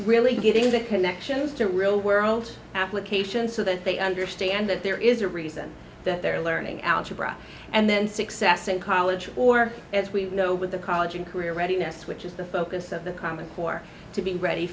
really giving the connections to real world applications so that they understand that there is a reason that they're learning algebra and then success in college or as we know with the college and career ready ness which is the focus of the common core to be ready